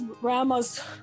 grandma's